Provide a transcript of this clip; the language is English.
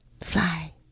fly